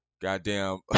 goddamn